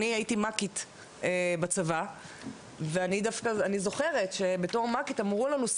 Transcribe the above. אני הייתי מ"כית בצבא ואני דווקא אני זוכרת שבתור מ"כית אמרו לנו,